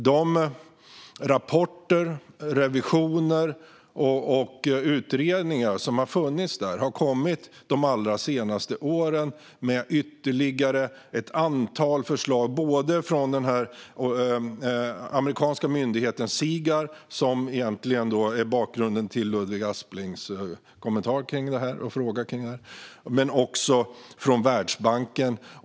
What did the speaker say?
De rapporter, revisioner och utredningar som har funnits under de allra senaste åren har kommit med ytterligare ett antal förslag, både från den amerikanska myndigheten Sigar, som är den egentliga bakgrunden till Ludvig Asplings kommentar och fråga, men också från Världsbanken.